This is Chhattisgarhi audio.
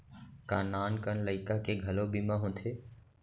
का नान कन लइका के घलो बीमा होथे?